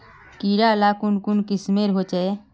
कीड़ा ला कुन कुन किस्मेर होचए?